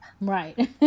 right